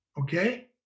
Okay